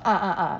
ah ah ah